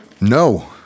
No